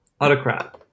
autocrat